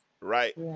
right